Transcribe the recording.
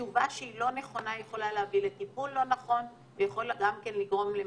תשובה שהיא לא נכונה יכולה להביא לטיפול לא נכון ויכולה גם לגרום למוות.